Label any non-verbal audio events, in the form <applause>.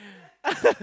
<laughs>